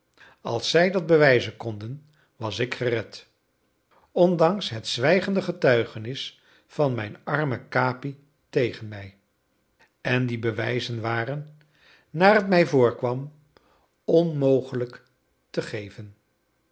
als zij dat bewijzen konden was ik gered ondanks het zwijgende getuigenis van mijn armen capi tegen mij en die bewijzen waren naar het mij voorkwam onmogelijk te geven